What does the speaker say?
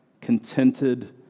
contented